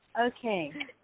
Okay